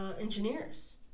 engineers